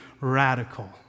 radical